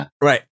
Right